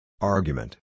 Argument